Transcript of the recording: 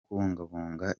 kubungabunga